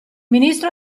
ministro